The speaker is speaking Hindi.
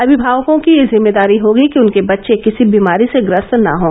अभिभावकों की यह जिम्मेदारी होगी कि उनके बच्चे किसी बीमारी से ग्रस्त न हों